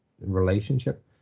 relationship